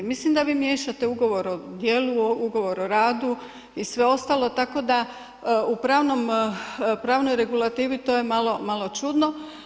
Mislim da vi miješate ugovor o djelu, ugovor o radu i sve ostalo tako da u pravnoj regulativi to je malo, malo čudno.